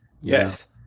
Yes